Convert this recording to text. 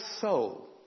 soul